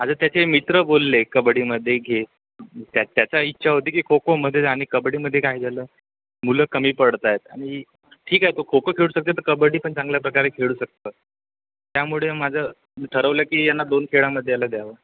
आता त्याचे मित्र बोलले कबड्डीमध्ये घे त्या त्याचा इच्छा होते की खो खोमध्येच आणि कबड्डीमध्ये काय झालं मुलं कमी पडत आहेत आणि ठीक आहे तो खो खो खेळू शकते तर कबड्डी पण चांगल्या प्रकारे खेळू शकतं त्यामुळे माझं मी ठरवलं की यांना दोन खेळामध्ये याला द्यावं